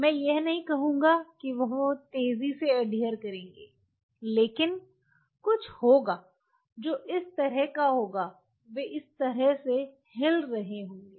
मैं यह नहीं कहूंगा कि वे बहुत तेजी से अडहियर करेंगे लेकिन कुछ होगा जो इस तरह का होगा वे इस तरह से हिल रहे होंगे